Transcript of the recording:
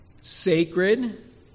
sacred